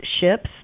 ships